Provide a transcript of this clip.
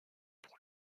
pour